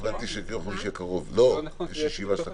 הבנתי שביום חמישי הקרוב יש ישיבה של הקבינט.